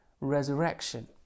resurrection